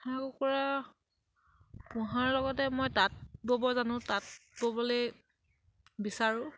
হাঁহ কুকুৰা পোহাৰ লগতে মই তাঁত ব'ব জানো তাঁত ব'বলে বিচাৰোঁ